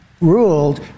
ruled